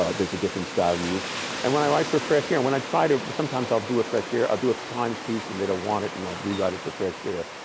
ah there's a different style you use. and when i write for fresh air, when i try to, sometimes i'll do a fresh air, i'll do a times piece and they don't want it and i'll rewrite if for fresh air.